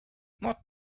nad